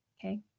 Okay